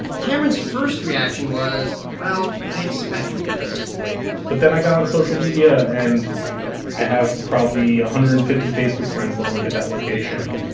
cameron's first reaction was, well, i expected this but then i got on social media, and i have probably one ah hundred and fifty facebook friends that work at that location.